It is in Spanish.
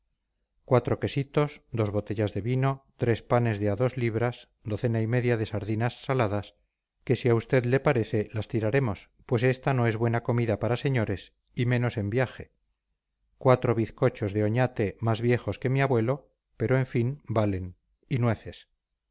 cuatro quesitos dos botellas de vino tres panes de a dos libras docena y media de sardinas saladas que si a usted les parece las tiraremos pues esta no es buena comida para señores y menos en viaje cuatro bizcochos de oñate más viejos que mi abuelo pero en fin valen y nueces